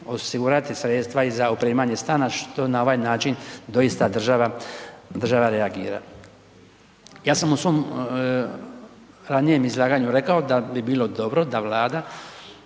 osigurati sredstva i za opremanje stana što na ovaj način doista država reagira. Ja sam u svom ranijem izlaganju rekao da bi bilo dobro da Vlada